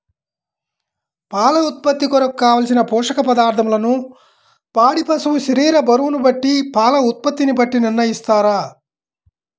పాల ఉత్పత్తి కొరకు, కావలసిన పోషక పదార్ధములను పాడి పశువు శరీర బరువును బట్టి పాల ఉత్పత్తిని బట్టి నిర్ణయిస్తారా?